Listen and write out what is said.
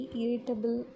irritable